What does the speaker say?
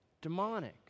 demonic